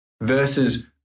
versus